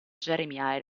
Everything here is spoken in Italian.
jeremy